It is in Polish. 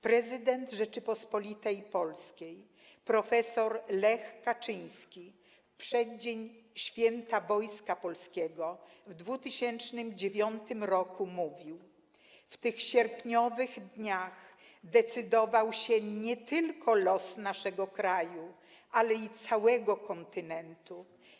Prezydent Rzeczypospolitej Polskiej prof. Lech Kaczyński, w przeddzień Święta Wojska Polskiego w 2009 roku mówił: 'W tych sierpniowych dniach decydował się nie tylko los naszego kraju, ale i całego kontynentu.